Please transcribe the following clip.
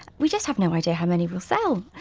we just have no idea how many we'll sell.